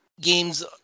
games